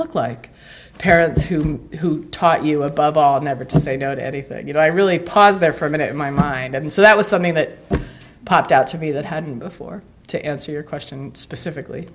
look like parents who taught you above all never to say no to anything you know i really paused there for a minute in my mind and so that was something that popped out to me that hadn't before to answer your question specifically